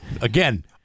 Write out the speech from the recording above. Again